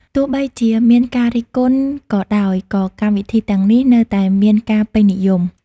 ទោះបីជាមានការរិះគន់ក៏ដោយក៏កម្មវិធីទាំងនេះនៅតែមានការពេញនិយម។